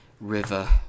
River